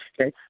okay